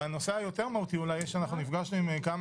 בנושא היותר מהותי נפגשתי עם כמה